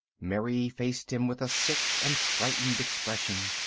mary faced him with a sick and frightened expression.